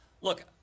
Look